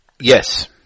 Yes